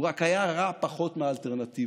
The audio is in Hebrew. הוא רק היה רע פחות מהאלטרנטיבה,